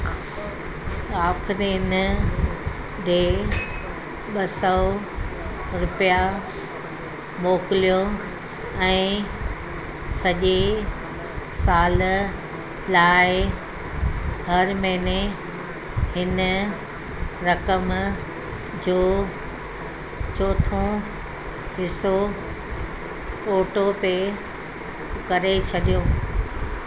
आफ्रीन ॾिए ॿ सौ रुपिया मोकिलियो ऐं सॼे साल लाइ हर महीने हिन रक़म जो चोथों हिस्सो पोर्टल पे करे छॾियो